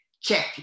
Check